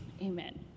Amen